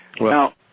Now